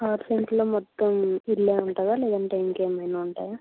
ఆరు సెంట్లులో మొత్తం ఇల్లే ఉంటుందా లేదంటే ఇంకేమైనా ఉంటుందా